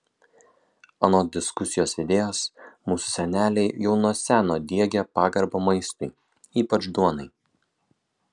anot diskusijos vedėjos mūsų seneliai jau nuo seno diegė pagarbą maistui ypač duonai